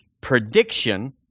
prediction